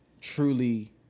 truly